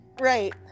Right